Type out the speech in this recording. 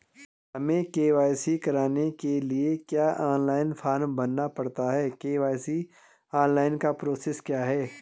हमें के.वाई.सी कराने के लिए क्या ऑनलाइन फॉर्म भरना पड़ता है के.वाई.सी ऑनलाइन का प्रोसेस क्या है?